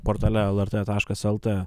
portale lrt taškas lt